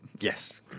Yes